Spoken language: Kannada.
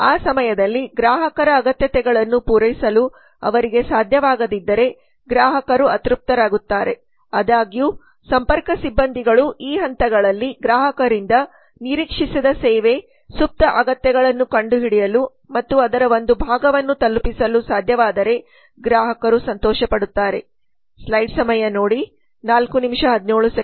ಆ ಸಮಯದಲ್ಲಿ ಗ್ರಾಹಕರ ಅಗತ್ಯತೆಗಳನ್ನು ಪೂರೈಸಲು ಅವರಿಗೆ ಸಾಧ್ಯವಾಗದಿದ್ದರೆ ಗ್ರಾಹಕರು ಅತೃಪ್ತರಾಗುತ್ತಾರೆ ಆದಾಗ್ಯೂ ಸಂಪರ್ಕ ಸಿಬ್ಬಂದಿಗಳು ಈ ಹಂತಗಳಲ್ಲಿ ಗ್ರಾಹಕರಿಂದ ನಿರೀಕ್ಷಿಸದ ಸೇವೆ ಸುಪ್ತ ಅಗತ್ಯಗಳನ್ನು ಕಂಡುಹಿಡಿಯಲು ಮತ್ತು ಅದರ ಒಂದು ಭಾಗವನ್ನು ತಲುಪಿಸಲು ಸಾಧ್ಯವಾದರೆ ಗ್ರಾಹಕರು ಸಂತೋಷಪಡುತ್ತಾರೆ